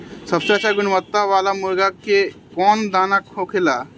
सबसे अच्छा गुणवत्ता वाला मुर्गी के कौन दाना होखेला?